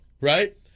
right